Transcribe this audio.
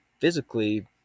physically